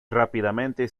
rápidamente